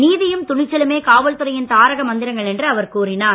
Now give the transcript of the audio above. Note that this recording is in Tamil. நீதியும் துணிச்சலுமே காவல்துறையின் தாரக மந்திரங்கள் என்று அவர் கூறினார்